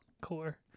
core